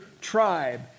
tribe